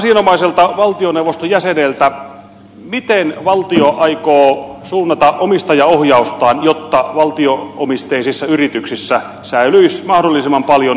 kysyn asianomaiselta valtioneuvoston jäseneltä miten valtio aikoo suunnata omistajaohjaustaan jotta valtio omisteisissa yrityksissä säilyisi mahdollisimman paljon suomalaisia työpaikkoja